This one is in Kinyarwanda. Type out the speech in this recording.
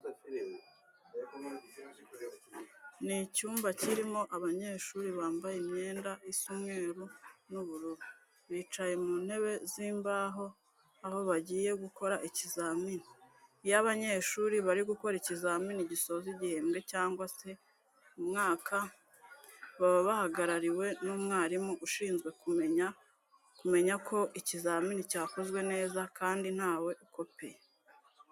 Ni icyumba kirimo abanyeshuri bambaye imyenda isa umweru n'ubururu, bicaye mu ntebe z'imbaho aho bagiye gukora ikizamini. Iyo abanyeshuri bari gukora ikizamini gisoza igihembwe cyangwa se umwaka baba bahagarariwe n'umwarimu ushinzwe kumenya ko ikizamini cyakozwe neza kandi ntawe ukopeye.